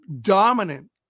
dominant